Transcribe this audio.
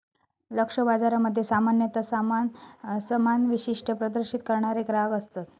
लक्ष्य बाजारामध्ये सामान्यता समान वैशिष्ट्ये प्रदर्शित करणारे ग्राहक असतत